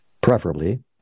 preferably